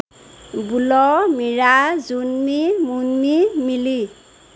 বোল মিৰাজ জুন্মি মুন্নি মিলি